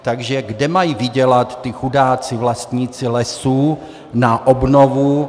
Takže kde mají vydělat ti chudáci vlastníci lesů na obnovu?